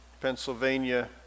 Pennsylvania